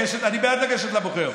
אני בעד לגשת לבוחר.